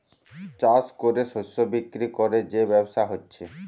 চাষ কোরে শস্য বিক্রি কোরে যে ব্যবসা হচ্ছে